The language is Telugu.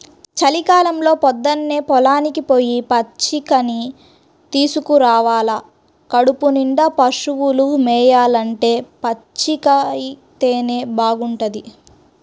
చలికాలంలో పొద్దన్నే పొలానికి పొయ్యి పచ్చికని తీసుకురావాల కడుపునిండా పశువులు మేయాలంటే పచ్చికైతేనే బాగుంటది